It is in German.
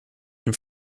ihm